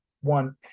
one